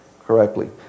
correctly